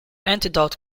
antidote